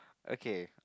okay